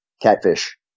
catfish